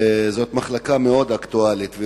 זאת מחלקה אקטואלית מאוד,